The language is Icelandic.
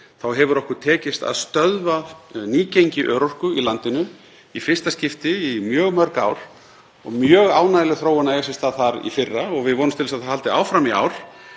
þá hefur okkur tekist að stöðva nýgengi örorku í landinu í fyrsta skipti í mjög mörg ár og mjög ánægjuleg þróun átti sér stað hvað það varðar í fyrra og við vonumst til að hún haldi áfram í ár.